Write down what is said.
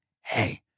hey